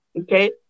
Okay